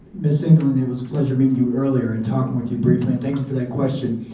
miss ingrid, it was a pleasure meeting you earlier and talking with you briefly and thank you for that question.